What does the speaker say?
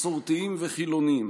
מסורתיים וחילונים,